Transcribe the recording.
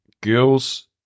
Girls